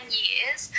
years